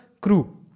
crew